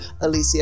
Alicia